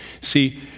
See